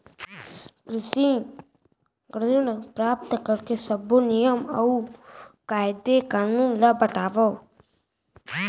कृषि ऋण प्राप्त करेके सब्बो नियम अऊ कायदे कानून ला बतावव?